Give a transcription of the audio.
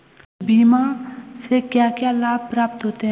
हमें बीमा से क्या क्या लाभ प्राप्त होते हैं?